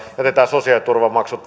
jätetä sosiaaliturvamaksuja